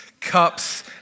cups